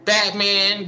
Batman